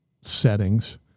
settings